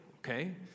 okay